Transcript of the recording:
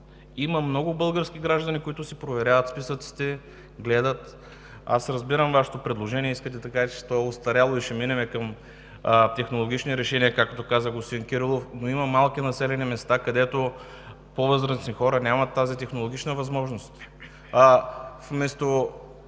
Има много български граждани, които проверяват списъците, гледат. Аз разбирам Вашето предложение, а искате да кажете, че то е остаряло и ще минем към технологични решения, както каза господин Кирилов, но има малки населени места където по-възрастните хора нямат тази технологична възможност – вместо